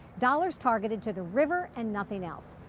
dollars targeted to the river, and nothing else.